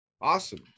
Awesome